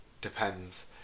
depends